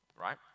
Right